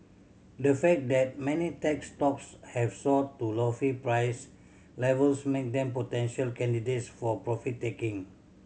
the fact that many tech stocks have soared to lofty price levels make them potential candidates for profit taking